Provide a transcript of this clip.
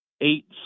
eight